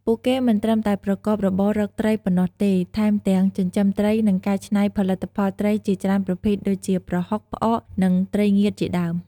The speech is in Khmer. ពួកគេមិនត្រឹមតែប្រកបរបររកត្រីប៉ុណ្ណោះទេ ថែមទាំងចិញ្ចឹមត្រី និងកែច្នៃផលិតផលត្រីជាច្រើនប្រភេទដូចជា ប្រហុក ផ្អក និងត្រីងៀតជាដើម។